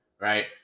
right